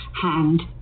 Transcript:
hand